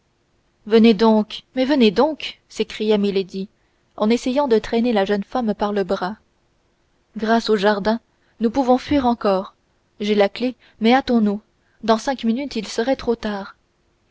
venez donc mais venez donc s'écriait milady en essayant de traîner la jeune femme par le bras grâce au jardin nous pouvons fuir encore j'ai la clef mais hâtons-nous dans cinq minutes il serait trop tard